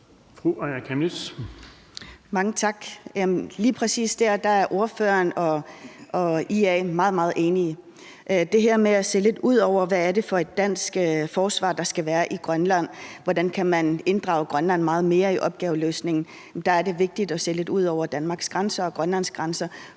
Mange tak. Lige præcis der er ordføreren og IA meget, meget enige. Hvad angår det her med at se lidt ud over, hvad det er for et dansk forsvar, der skal være i Grønland, og hvordan man kan inddrage Grønland meget mere i opgaveløsningen, er det vigtigt at se lidt ud over Danmarks grænser og Grønlands grænser